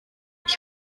ich